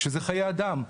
שזה חיי אדם.